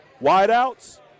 wideouts